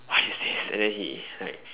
what is this and then he like